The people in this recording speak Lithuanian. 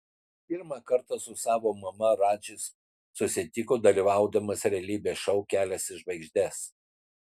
pirmą kartą su savo mama radžis susitiko dalyvaudamas realybės šou kelias į žvaigždes